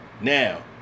Now